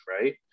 right